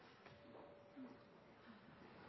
bak